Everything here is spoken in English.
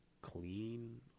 clean